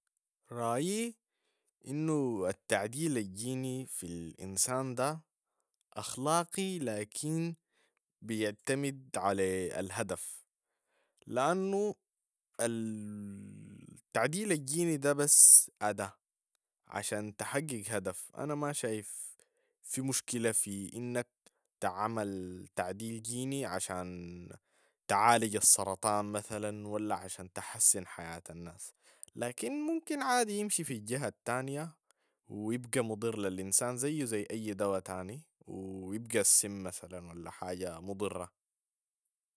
رأيي أنو التعديل الجيني في الإنسان ده أخلاقي، لكن بيتمد على الهدف لأنو ال- تعديل الجيني ده بس أداة عشان تحقق هدف. أنا ما شايف في مشكلة في إنك تعمل تعديل جيني عشان تعالج الصرطان مثلاً ولا عشان تحسن حياة الناس، لكن ممكن عادي يمشي في الجهة التانية و يبقى مضر للإنسان زيه زي أي دواء تاني و يبقى سم مثلاً ولا حاجة مضرة.